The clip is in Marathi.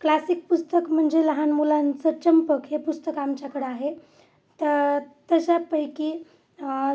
क्लासिक पुस्तक म्हणजे लहान मुलांचं चंपक हे पुस्तक आमच्याकडं आहे त तशापैकी